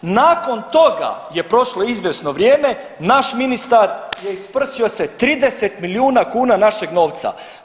Nakon toga je prošlo izvjesno vrijeme, naš ministar je isprsio se 30 milijuna kuna našeg novca.